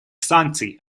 санкций